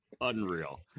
Unreal